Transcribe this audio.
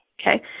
okay